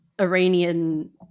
Iranian